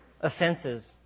offenses